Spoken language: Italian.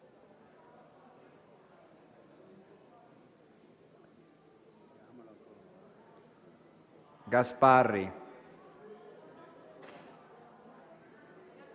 Gasparri,